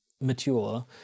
mature